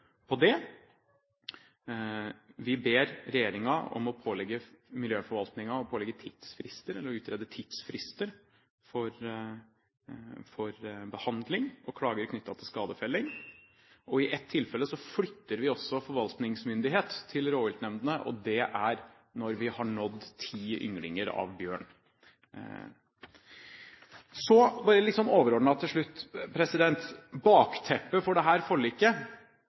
på det. Vi ber regjeringen om å pålegge miljøforvaltningen å utrede tidsfrister for behandling og klager knyttet til skadefelling, og i ett tilfelle flytter vi også forvaltningsmyndighet til rovviltnemndene når vi har nådd ti ynglinger av bjørn. Så bare litt overordnet til slutt om bakteppet for dette forliket: Jeg må bare si at jeg møtte en skoleklasse utenfor salen her